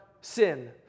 sin